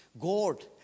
God